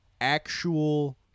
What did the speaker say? actual